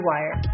Wire